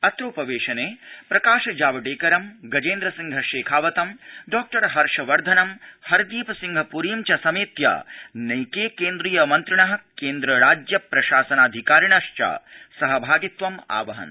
अत्रोवपेशने प्रकाश जावडेकरं गजेन्द्र सिंह शेखावतं डॉ हर्षवर्धनं हरदीप सिंह प्रीं च समेत्य नैके केन्द्रीय मन्त्रिण केन्द्र राज्य प्रशासनाधिकारिणश्च सहभागित्वम् आवहन्